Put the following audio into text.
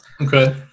Okay